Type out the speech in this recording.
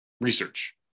research